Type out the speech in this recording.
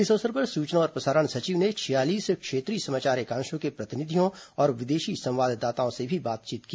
इस अवसर पर सूचना और प्रसारण सचिव ने छियालीस क्षेत्रीय समाचार एकांशों के प्रतिनिधियों और विदेशी संवाददाताओं से भी बातचीत की